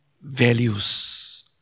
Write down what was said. values